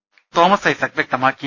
M Thomas Isaac വ്യക്തമാക്കി